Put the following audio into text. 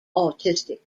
autistic